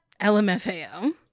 LMFAO